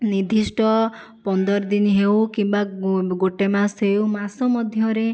ନିର୍ଦ୍ଧିଷ୍ଟ ପନ୍ଦର ଦିନ ହେଉ କିମ୍ବା ଗୋଟିଏ ମାସ ହେଉ ମାସ ମଧ୍ୟରେ